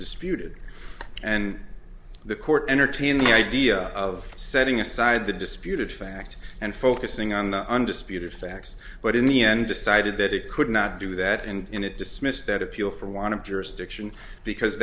disputed and the court entertained the idea of setting aside the disputed fact and focusing on the undisputed facts but in the end decided that it could not do that and it dismissed that appeal for want of jurisdiction because